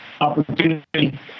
opportunity